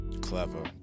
Clever